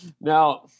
now